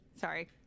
Sorry